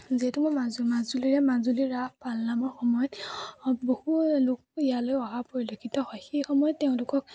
যিহেতু মই মাজু মাজুলীৰে মাজুলী ৰাস পালনামৰ সময়ত আ বহু লোক ইয়ালৈ অহা পৰিলক্ষিত হয় সেই সময়ত তেওঁলোকক